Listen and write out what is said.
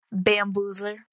Bamboozler